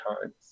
times